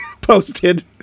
Posted